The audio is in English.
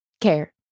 care